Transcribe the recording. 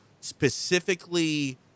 specifically